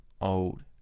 old